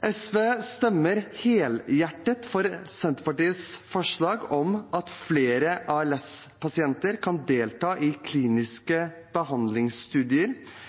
SV stemmer helhjertet for Senterpartiets forslag om at flere ALS-pasienter kan få delta i kliniske behandlingsstudier,